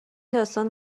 داستان